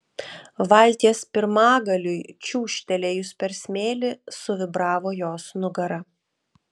valties pirmagaliui čiūžtelėjus per smėlį suvibravo jos nugara